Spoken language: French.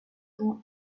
ans